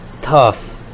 Tough